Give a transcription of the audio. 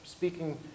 Speaking